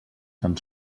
tan